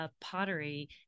pottery